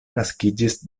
naskiĝis